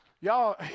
y'all